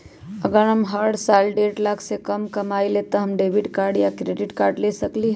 अगर हम हर साल डेढ़ लाख से कम कमावईले त का हम डेबिट कार्ड या क्रेडिट कार्ड ले सकली ह?